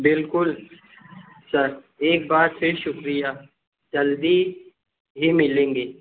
بالکل سر ایک بار پھر شُکریہ جلدی ہی ملیں گے